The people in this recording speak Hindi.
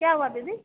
क्या हुआ दीदी